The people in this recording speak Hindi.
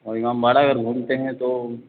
और इमामबाड़ा अगर घूमते हैं तो